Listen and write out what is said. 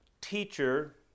teacher